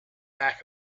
back